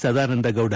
Sadananda Gowda